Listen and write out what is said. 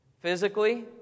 physically